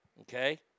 Okay